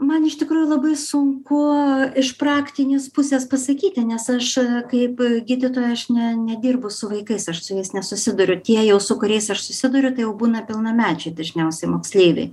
man iš tikrųjų labai sunku iš praktinės pusės pasakyti nes aš kaip gydytoja aš ne nedirbu su vaikais aš su jais nesusiduriu tie jau su kuriais aš susiduriu tai jau būna pilnamečiai dažniausiai moksleiviai